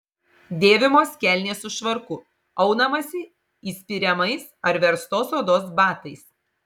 dėvimos kelnės su švarku aunamasi įspiriamais ar verstos odos batais